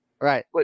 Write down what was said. right